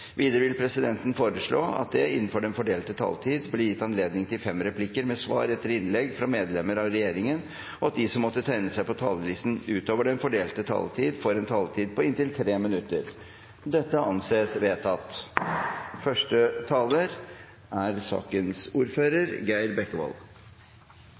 Videre vil presidenten foreslå at det blir gitt anledning til fem replikker med svar etter innlegg fra medlem av regjeringen innenfor den fordelte taletid. Videre vil presidenten foreslå at de som måtte tegne seg på talerlisten utover den fordelte taletid, får en taletid på inntil 3 minutter. – Det anses vedtatt.